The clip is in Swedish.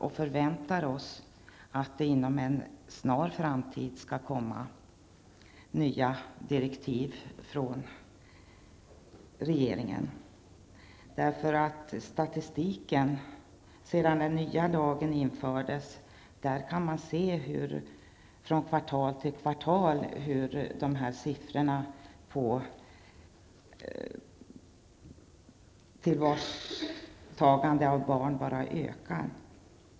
Vi förväntar oss att det inom en snar framtid skall komma nya direktiv från regeringen. Efter det att den nya lagen antogs visar statistiken hur siffrorna kvartal efter kvartal bara blir större när det gäller förvar av barn.